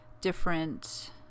different